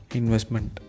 investment